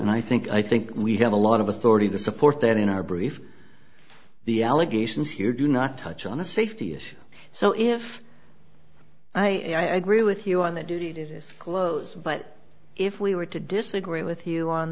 and i think i think we have a lot of authority to support that in our brief the allegations here do not touch on a safety issue so if i agree with you on the duty to disclose but if we were to disagree with you on